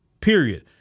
period